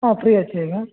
ହଁ ଫ୍ରି ଅଛି ଆଜ୍ଞା